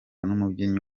n’umubyinnyi